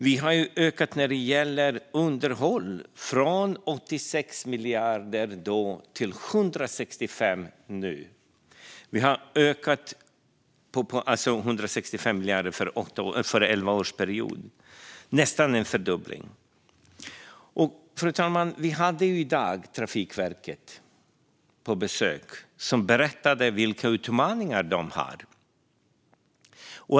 Vi har när det gäller underhåll ökat från 86 miljarder då till 165 miljarder för innevarande elvaårsperiod - nästan en fördubbling. Fru talman! Vi hade i dag besök av Trafikverket, som berättade vilka utmaningar de har.